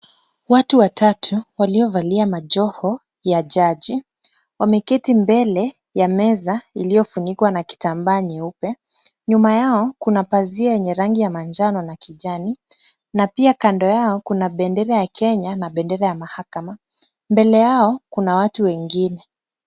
Watu watatu waliovalia majoho ya jaji, wameketi mbele ya meza iliyofunikwa na kitambaa nyeupe. Nyuma yao kuna pazia yenye rangi ya manjano na kijani na pia kando yao kuna bendera ya Kenya na bendera ya mahakama, mbele yao kuna watu wengine.